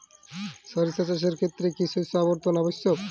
সরিষা চাষের ক্ষেত্রে কি শস্য আবর্তন আবশ্যক?